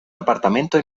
apartamento